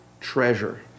treasure